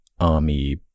army